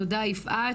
תודה יפעת.